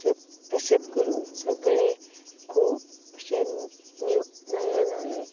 तशें तशेंच करुन सगळें खूब अशें न्यू नयें नये